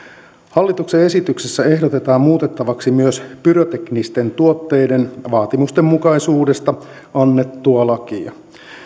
hallituksen esityksessä ehdotetaan muutettavaksi myös pyroteknisten tuotteiden vaatimustenmukaisuudesta annettua lakia